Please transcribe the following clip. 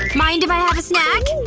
mind if i have a snack?